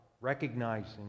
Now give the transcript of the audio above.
Recognizing